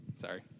Sorry